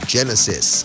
Genesis